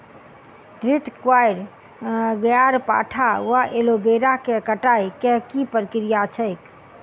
घृतक्वाइर, ग्यारपाठा वा एलोवेरा केँ कटाई केँ की प्रक्रिया छैक?